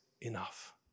enough